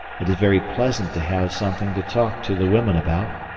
it is very pleasant to have something to talk to the women about.